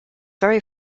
very